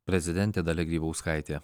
prezidentė dalia grybauskaitė